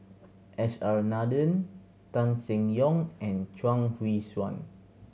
S R Nathan Tan Seng Yong and Chuang Hui Tsuan